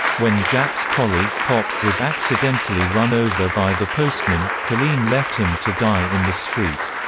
when jack's collie, pop, was accidentally run over by the postman, colleen left him to die in the street.